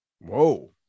Whoa